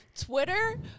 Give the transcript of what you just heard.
Twitter